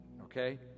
Okay